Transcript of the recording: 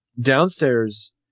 downstairs